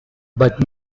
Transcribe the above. but